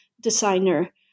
designer